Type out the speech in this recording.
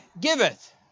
giveth